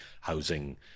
housing